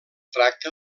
tracta